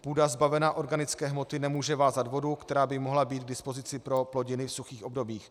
Půda zbavená organické hmoty nemůže vázat vodu, která by mohla být k dispozici pro plodiny v suchých obdobích.